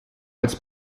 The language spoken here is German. als